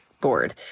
board